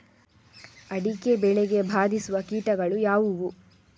ಅಡಿಕೆ ಬೆಳೆಗೆ ಬಾಧಿಸುವ ಕೀಟಗಳು ಯಾವುವು?